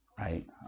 right